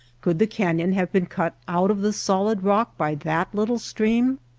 could the canyon have been cut out of the solid rock by that little stream?